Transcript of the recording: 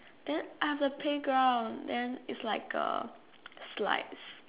then are the playground then it's like a slides